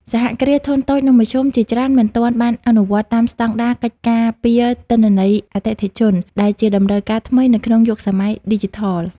សហគ្រាសធុនតូច និងមធ្យម ជាច្រើនមិនទាន់បានអនុវត្តតាមស្ដង់ដារ "កិច្ចការពារទិន្នន័យអតិថិជន" ដែលជាតម្រូវការថ្មីនៅក្នុងយុគសម័យឌីជីថល។